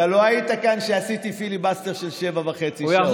אתה לא היית כאן כשעשיתי פיליבסטר של שבע וחצי שעות.